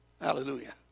Hallelujah